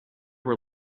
were